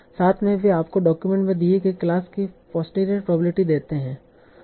साथ में वे आपको डॉक्यूमेंट में दिए गए क्लास की पोस्टीरियर प्रोबेबिलिटी देते हैं